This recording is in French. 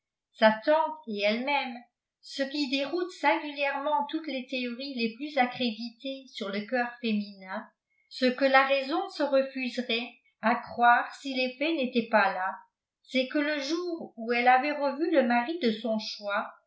et elle-même ce qui déroute singulièrement toutes les théories les plus accréditées sur le coeur féminin ce que la raison se refuserait à croire si les faits n'étaient pas là c'est que le jour où elle avait revu le mari de son choix